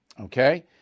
okay